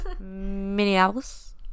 Minneapolis